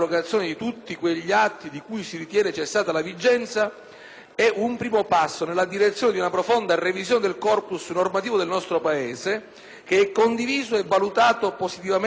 è un primo passo nella direzione di una profonda revisione del *corpus* normativo del nostro Paese, che è condiviso e valutato positivamente dal Movimento per l'Autonomia, nel quadro di un'organica riforma,